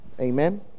amen